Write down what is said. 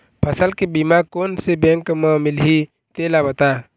फसल के बीमा कोन से बैंक म मिलही तेला बता?